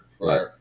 Right